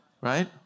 Right